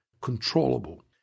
controllable